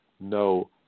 no